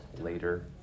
later